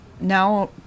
now